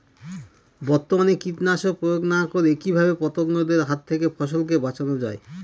বর্তমানে কীটনাশক প্রয়োগ না করে কিভাবে পতঙ্গদের হাত থেকে ফসলকে বাঁচানো যায়?